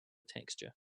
texture